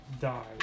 die